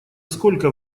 сколько